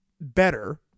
better